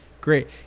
great